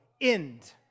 end